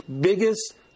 biggest